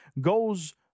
goes